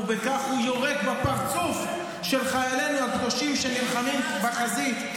ובכך הוא יורק בפרצוף של חיילינו הקדושים שנלחמים בחזית,